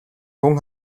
хүн